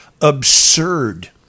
absurd